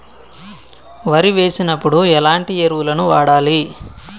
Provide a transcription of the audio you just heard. వరి వేసినప్పుడు ఎలాంటి ఎరువులను వాడాలి?